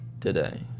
today